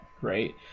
right